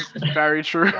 very true?